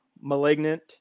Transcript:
Malignant